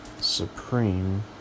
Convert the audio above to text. Supreme